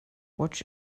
watch